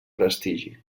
prestigi